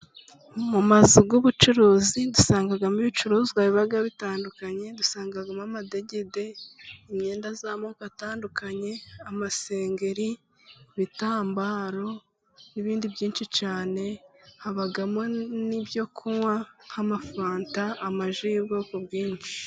Mu mazu y'ubucuruzi dusangamo ibicuruzwa biba bitandukanye: dusangamo amadegede, imyenda y'amoko atandukanye, amasengeri ,ibitambaro n'ibindi byinshi cyane ,habamo n'ibyo kunywa nk'amafanta ,amaji y'ubwoko bwinshi.